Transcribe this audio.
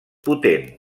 potent